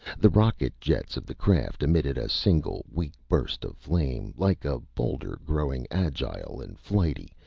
the rocket jets of the craft emitted a single weak burst of flame. like a boulder grown agile and flighty,